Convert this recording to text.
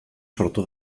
sortu